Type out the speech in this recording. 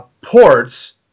ports